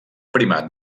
primat